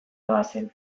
doazen